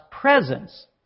presence